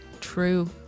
true